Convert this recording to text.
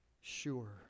sure